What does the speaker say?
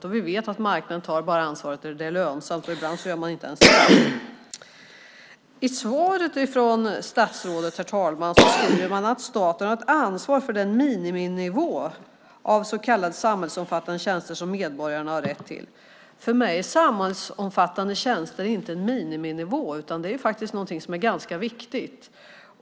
Men vi vet att marknaden tar ansvar bara när det är lönsamt - ibland inte ens då. I svaret från statsrådet, herr talman, står det: "Staten har ett ansvar för den miniminivå av så kallade samhällsomfattande tjänster som medborgarna har rätt till." För mig är det beträffande samhällsomfattande tjänster inte fråga om en miniminivå utan om någonting som är ganska viktigt.